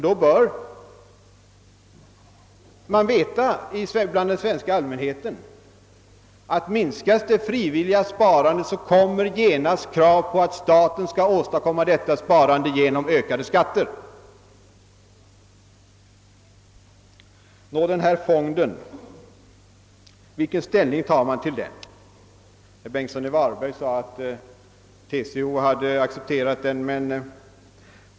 Då bör den svenska allmänheten veta att minskas det frivilliga sparandet kommer genast krav på att staten skall åstadkomma detta sparande genom ökade skatter. Nå, vilken ställning tar man då till den = näringspolitiska fonden? Herr Bengtsson i Varberg sade att en TCO representant hade accepterat den.